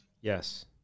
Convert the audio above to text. Yes